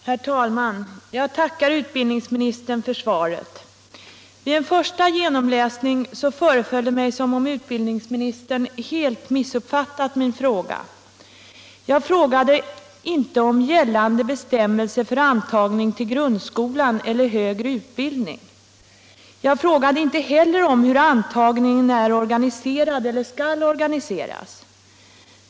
Herr talman! Jag tackar utbildningsministern för svaret. Vid en första genomläsning föreföll det mig som om utbildningsministern helt missuppfattat mig. Jag frågade inte om gällande bestämmelser för antagning från grundskolan eller högre utbildning. Jag frågade inte heller om hur antagningen är organiserad eller skall organiseras.